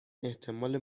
احتمال